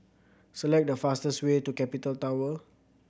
select the fastest way to Capital Tower